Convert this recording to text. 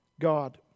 God